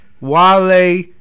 Wale